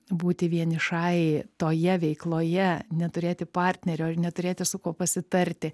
būti vienišai toje veikloje neturėti partnerio ir neturėti su kuo pasitarti